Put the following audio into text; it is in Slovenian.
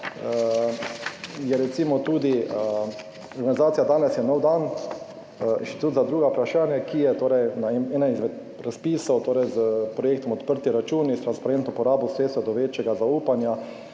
je recimo tudi, organizacija Danes je nov dan, Inštitut za druga vprašanja, ki je torej na enem izmed razpisov, torej s projektom Odprti računi s transparentno porabo sredstev do večjega zaupanja